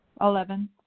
Eleven